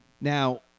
Now